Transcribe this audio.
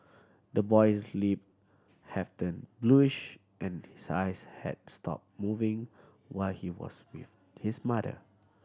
the boy's lip have turned bluish and his eyes had stopped moving while he was with his mother